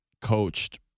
coached